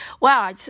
wow